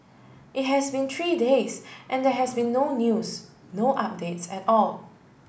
it has been three days and there has been no news no updates at all